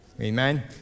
Amen